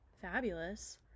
fabulous